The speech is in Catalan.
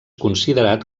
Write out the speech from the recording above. considerat